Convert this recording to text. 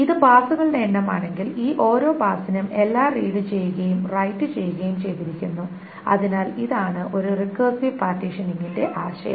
ഇത് പാസുകളുടെ എണ്ണമാണെങ്കിൽ ഈ ഓരോ പാസിനും എല്ലാം റീഡ് ചെയ്യുകയും റൈറ്റ് ചെയ്യുകയും ചെയ്തിരിക്കുന്നു അതിനാൽ ഇതാണ് ഒരു റിക്കർസീവ് പാർട്ടീഷനിങ്ങിന്റെ ആശയം